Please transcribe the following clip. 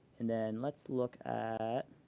and then let's look at